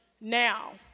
now